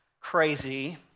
crazy